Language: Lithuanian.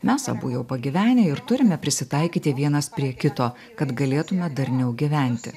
mes abu jau pagyvenę ir turime prisitaikyti vienas prie kito kad galėtume darniau gyventi